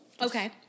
Okay